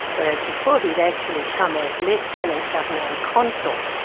whereas before he'd actually come as lieutenant governor and consul,